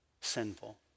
sinful